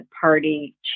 party